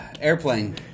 airplane